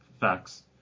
facts